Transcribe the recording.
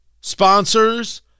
sponsors